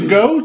go